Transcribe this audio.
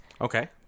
Okay